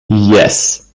yes